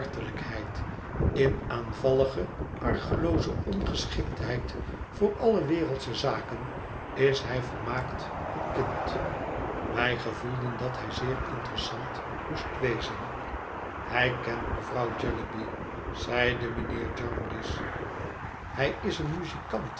in aanvallige argelooze ongeschiktheid voor alle wereldsche zaken is hij volmaakt een kind wij gevoelden dat hij zeer interessant moest wezen hij kent mevrouw jellyby zeide mijnheer jarndyce hij is een muzikant